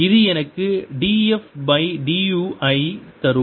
இது எனக்கு df by du ஐ தரும்